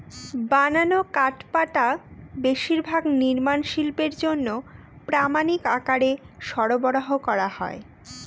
বানানো কাঠপাটা বেশিরভাগ নির্মাণ শিল্পের জন্য প্রামানিক আকারে সরবরাহ করা হয়